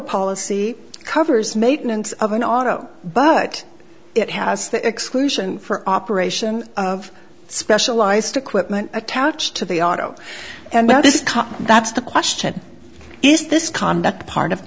policy covers maitland's of an auto but it has the exclusion for operation of specialized equipment attached to the auto and this is that's the question is this conduct part of